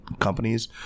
companies